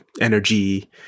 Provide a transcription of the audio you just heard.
energy